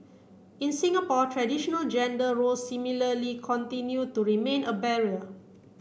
in Singapore traditional gender roles similarly continue to remain a barrier